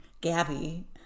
Gabby